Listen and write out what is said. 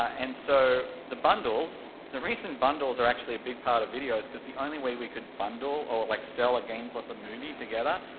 ah and so, the bundles, the reason bundles are actually a big part of video is because the only way we could bundle, or, like sell a game plus a movie together,